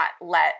let